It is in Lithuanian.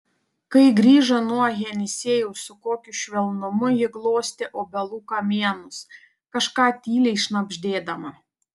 kai grįžo nuo jenisejaus su kokiu švelnumu ji glostė obelų kamienus kažką tyliai šnabždėdama